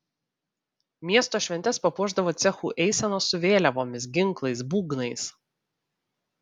miesto šventes papuošdavo cechų eisenos su vėliavomis ginklais būgnais